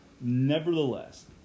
Nevertheless